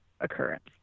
occurrence